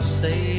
say